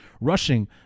rushing